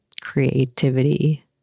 creativity